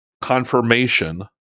confirmation